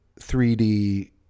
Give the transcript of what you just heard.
3D